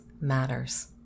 matters